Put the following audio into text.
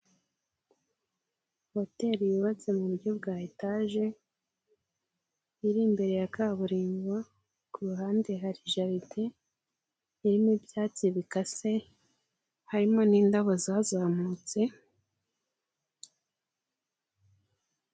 Hoteri yubatse mu buryo bwa etage iri imbere ya kaburimbo, ku ruhande hari jaride irimo ibyatsi bikase, harimo n'indabo zazamutse.